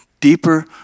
deeper